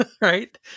right